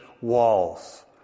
walls